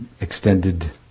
extended